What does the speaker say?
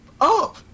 up